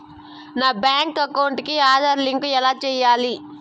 నా bank account కి Aadhaar link ఎలా సేయాలి